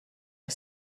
and